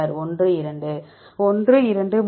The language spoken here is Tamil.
மாணவர் 1 2